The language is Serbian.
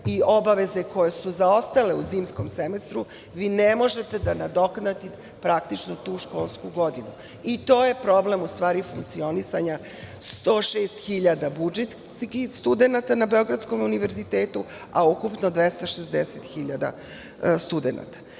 i obaveze koje su zaostale u zimskom semestru, vi ne možete da nadoknadite tu školsku godinu i to je problem funkcionisanja 106 hiljada budžetskih studenata na Beogradskom univerzitetu, a ukupno 260 hiljada